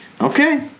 Okay